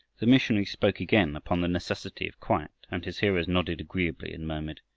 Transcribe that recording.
the missionary spoke again upon the necessity of quiet, and his hearers nodded agreeably and murmured,